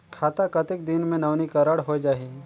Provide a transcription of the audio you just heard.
खाता कतेक दिन मे नवीनीकरण होए जाहि??